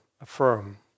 affirm